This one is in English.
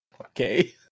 Okay